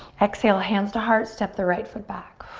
exhale, hands to heart step the right foot back.